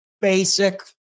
basic